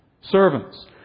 servants